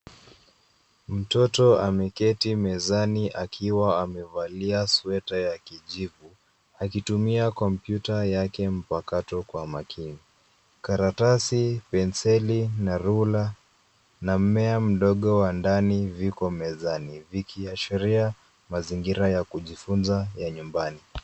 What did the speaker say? Mtoto ameketi mezani akiwa amevalia sweta ya kijivu akitumia kompyuta yake mpakato kwa makini. Karatasi, penseli na rula na mmea mdogo wa ndani viko mezani vikiashiria mazingira ya kujifunza ya nyumbani.